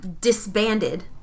disbanded